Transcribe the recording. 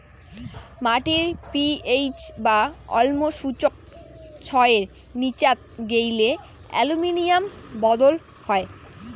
মাটির পি.এইচ বা অম্ল সূচক ছয়ের নীচাত গেইলে অ্যালুমিনিয়াম বদল হই